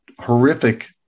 horrific